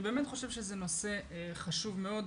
אני באמת חושב שזה נושא חשוב מאוד,